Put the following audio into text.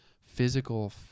physical